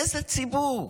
איזה ציבור?